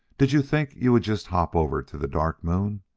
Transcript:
did you think you would just hop over to the dark moon?